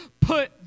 put